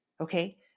Okay